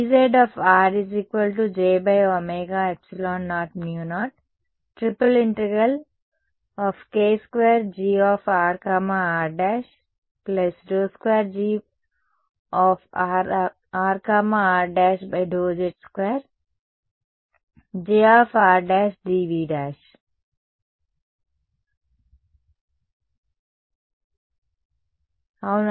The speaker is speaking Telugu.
Ez j00∫∫∫ k2 Gr r ' ∂2G r r ∂z2Jr'dV' ఏ రూపంలో ఉంటుంది G e jkr4πr అవును